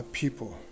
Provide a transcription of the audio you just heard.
people